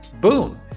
boom